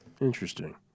Interesting